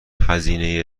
هزینه